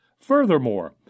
Furthermore